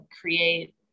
create